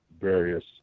various